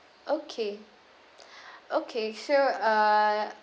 okay okay sure uh